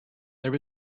there